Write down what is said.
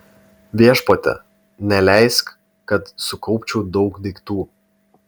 viešpatie neleisk kad sukaupčiau daug daiktų